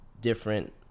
different